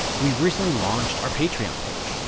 we've recently launched our patreon page,